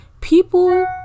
People